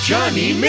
Johnny